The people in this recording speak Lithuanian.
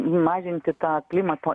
mažinti tą klimato